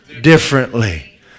differently